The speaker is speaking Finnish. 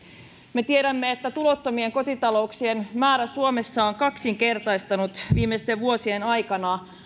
me tiedämme että tulottomien kotitalouksien määrä suomessa on kaksinkertaistunut viimeisten vuosien aikana